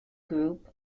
group